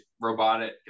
robotic